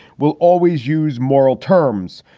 will always use moral terms.